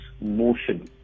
motion